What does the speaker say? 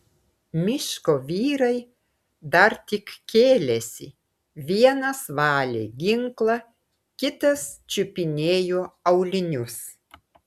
miško vyrai dar tik kėlėsi vienas valė ginklą kitas čiupinėjo aulinius